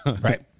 Right